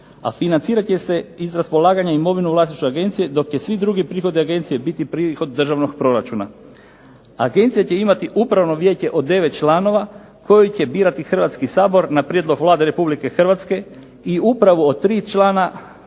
a financirat će se iz raspolaganja imovinom u vlasništvu Agencije dok će svi drugi prihodi Agencije biti prihod državnog proračuna. Agencija će imati upravno vijeće od 9 članova koje će birati Hrvatski sabor na prijedlog Vlade Republike Hrvatske i upravo tri člana